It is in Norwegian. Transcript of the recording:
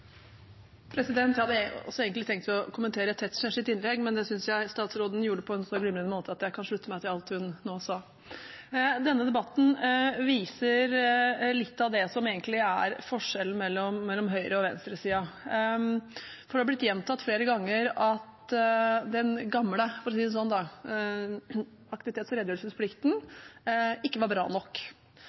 egentlig tenkt å kommentere Tetzschners innlegg, men det synes jeg at statsråden gjorde på en så glimrende måte at jeg kan slutte meg til alt hun nå sa. Denne debatten viser litt av det som egentlig er forskjellen mellom høyresiden og venstresiden. Det har blitt gjentatt flere ganger at den gamle – for å si det sånn – aktivitets- og redegjørelsesplikten ikke var bra nok.